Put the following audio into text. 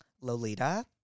Lolita